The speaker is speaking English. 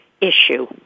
issue